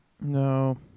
No